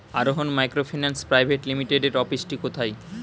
আরোহন microfinance private লিমিটেডের অফিসটি কোথায়?